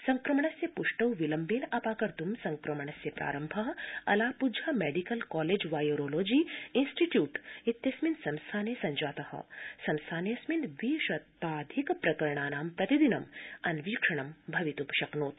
संक्रमणस्य पृष्टौ विलम्बेन अपाकतृं संक्रमणस्य प्रारम्भ Alappuzha medical college virology institute इत्यस्मिन् संस्थाने सब्जात संस्थानेऽस्मिन् द्रि शताधिक प्रकरणानां प्रतिदिनं अन्वीक्षणं भवितृं शक्नोति